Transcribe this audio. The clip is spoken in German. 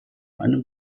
einem